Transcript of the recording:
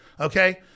Okay